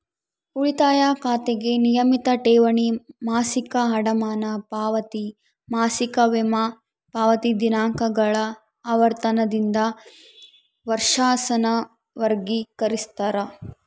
ಉಳಿತಾಯ ಖಾತೆಗೆ ನಿಯಮಿತ ಠೇವಣಿ, ಮಾಸಿಕ ಅಡಮಾನ ಪಾವತಿ, ಮಾಸಿಕ ವಿಮಾ ಪಾವತಿ ದಿನಾಂಕಗಳ ಆವರ್ತನದಿಂದ ವರ್ಷಾಸನ ವರ್ಗಿಕರಿಸ್ತಾರ